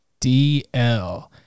DL